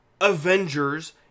Avengers